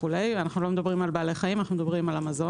אנחנו לא מדברים על בעלי חיים אלא על המזון.